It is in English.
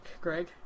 greg